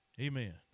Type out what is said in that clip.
Amen